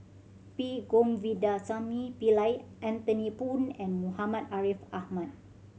P Govindasamy Pillai Anthony Poon and Muhammad Ariff Ahmad